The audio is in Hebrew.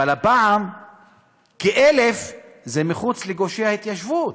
והפעם כ-1,000 הן מחוץ לגושי ההתיישבות.